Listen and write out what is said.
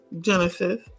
Genesis